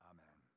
Amen